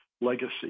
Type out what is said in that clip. legacy